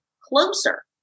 closer